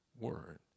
word